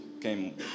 came